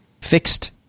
fixed